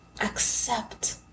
accept